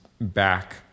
back